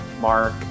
Mark